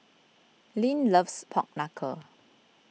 Lyn loves Pork Knuckle